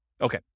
okay